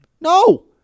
No